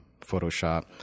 Photoshop